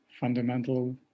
fundamental